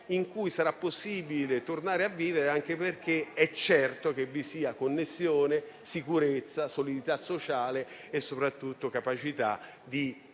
in cui sarà possibile tornare a vivere, anche perché è certo che vi siano connessione, sicurezza, solidità sociale e soprattutto capacità di intercettare